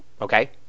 Okay